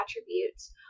attributes